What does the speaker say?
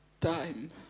time